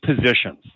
positions